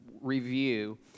review